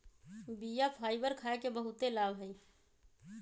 बीया फाइबर खाय के बहुते लाभ हइ